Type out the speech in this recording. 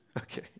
Okay